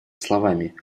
словами